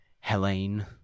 Helene